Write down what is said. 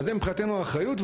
אז זה מבחינתנו אחריות,